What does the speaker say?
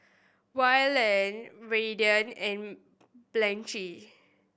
Wayland Raiden and Blanchie